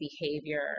behavior